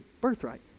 birthright